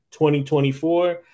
2024